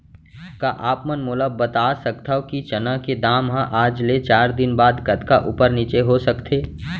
का आप मन मोला बता सकथव कि चना के दाम हा आज ले चार दिन बाद कतका ऊपर नीचे हो सकथे?